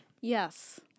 Yes